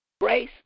grace